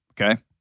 okay